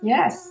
Yes